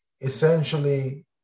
essentially